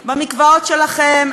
במקוואות שלכם,